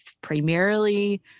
primarily